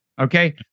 Okay